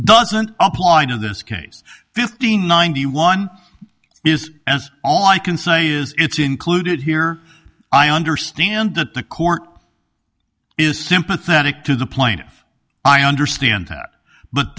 doesn't apply to this case fifty nine the one is as all i can say is it's included here i understand that the court is sympathetic to the plaintiffs i understand that but